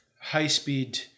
high-speed